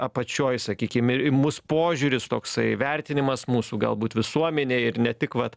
apačioj sakykim į mus požiūris toksai vertinimas mūsų galbūt visuomenėj ir ne tik vat